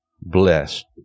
blessed